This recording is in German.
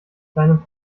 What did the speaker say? deinem